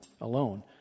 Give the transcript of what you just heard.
alone